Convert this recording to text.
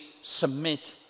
submit